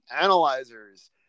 analyzers